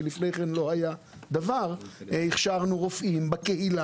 כי לפני כן לא היה דבר הכשרנו רופאים בקהילה,